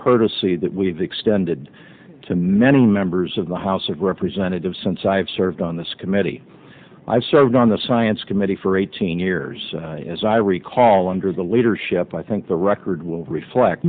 courtesy that we've extended to many members of the house of representatives since i have served on this committee i served on the science committee for eighteen years as i recall under the leadership i think the record will reflect